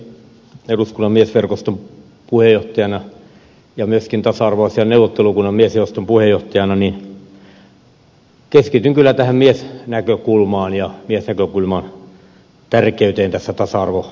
eduskunnan miesverkoston puheenjohtajana ja myöskin tasa arvoasiain neuvottelukunnan miesjaoston puheenjohtajana keskityn kyllä tähän miesnäkökulmaan ja miesnäkökulman tärkeyteen tässä tasa arvokeskustelussa